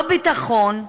לא ביטחון,